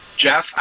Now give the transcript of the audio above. Jeff